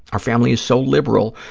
our family is so liberal,